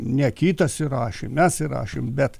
ne kitas įrašė mes įrašėm bet